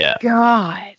God